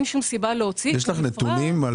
יש לך נתונים,